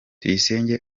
tuyisenge